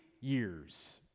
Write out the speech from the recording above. years